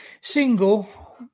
single